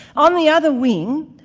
on the other wing,